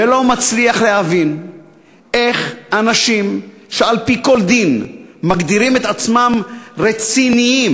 ואני לא מצליח להבין איך אנשים שעל-פי כל דין מגדירים את עצמם רציניים